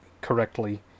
correctly